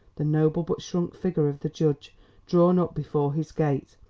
the noble but shrunk figure of the judge drawn up before his gate.